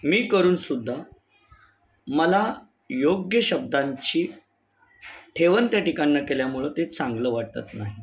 मी करून सुद्धा मला योग्य शब्दांची ठेवण त्या ठिकाणी न केल्यामुळं ते चांगलं वाटत नाही